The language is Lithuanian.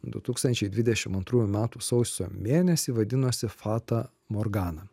du tūkstančiai dvidešim antrųjų metų sausio mėnesį vadinosi fata morgana